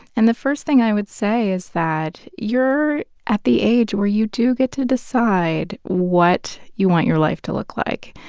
and the first thing i would say is that you're at the age where you do get to decide what you want your life to look like.